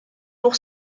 pour